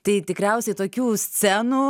tai tikriausiai tokių scenų